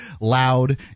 loud